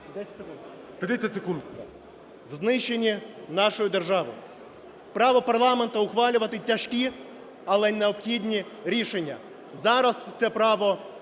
в знищення нашої держави. Право парламенту – ухвалювати тяжкі, але необхідні рішення. Зараз це право